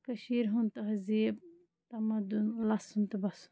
کٔشیٖرِ ہُنٛد تٔہذیٖب تَمَدُن لَسُن تہٕ بَسُن